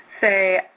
say